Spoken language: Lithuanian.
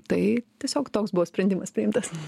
tai tiesiog toks buvo sprendimas priimtas